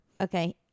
Okay